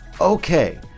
okay